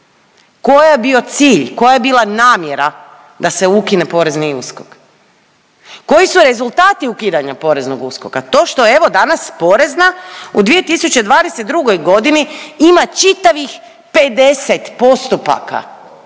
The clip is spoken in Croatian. Koji je bio cilj, koja je bila namjera da se ukine porezni USKOK? Koji su rezultati ukidanja poreznog USKOK-a? To što evo danas porezna u 2022. godini ima čitavih 50 postupaka,